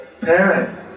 parent